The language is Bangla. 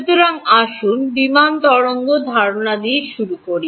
সুতরাং আসুন সাধারণ তরঙ্গ ধারণা দিয়ে শুরু করি